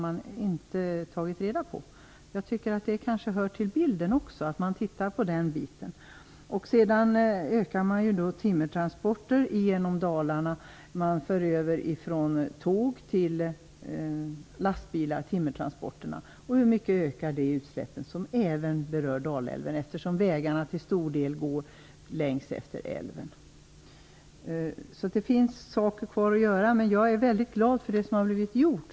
Jag tycker att det också hör till bilden. Nu ökar ju timmertransporterna genom Dalarna. De förs över från tåg till lastbilar. Hur mycket ökar det utsläppen? De berör ju även Dalälven eftersom vägarna till stor del går längs älven. Det finns saker kvar att göra, men jag är mycket glad för det som har blivit gjort.